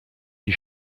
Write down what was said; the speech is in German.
die